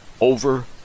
over